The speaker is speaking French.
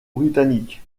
britannique